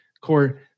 core